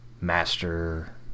master